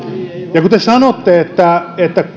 ja kun te sanotte että